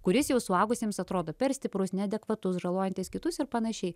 kuris jau suaugusiems atrodo per stiprus neadekvatus žalojantis kitus ir panašiai